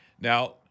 Now